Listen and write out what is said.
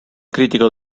crítico